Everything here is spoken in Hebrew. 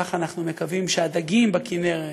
כך אנחנו מקווים שהדגים בכינרת